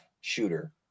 shooter